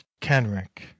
Kenrick